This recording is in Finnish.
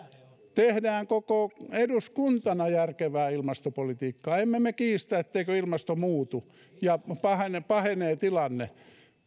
tehdään koko eduskuntana järkevää ilmastopolitiikkaa emme me kiistä etteikö ilmasto muutu ja tilanne pahene